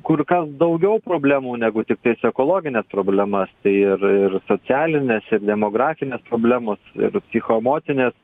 kur kas daugiau problemų negu tiktais ekologines problemas tai ir ir socialinės ir demografinės problemos ir psichoemocinės